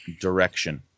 direction